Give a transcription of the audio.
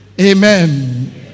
Amen